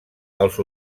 els